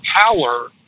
power